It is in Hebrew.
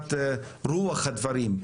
מבחינת רוח הדברים?